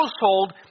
household